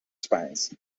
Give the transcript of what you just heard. spines